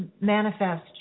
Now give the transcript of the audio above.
manifest